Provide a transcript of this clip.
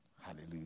hallelujah